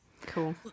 Cool